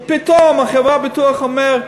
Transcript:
ופתאום חברת הביטוח אומרת: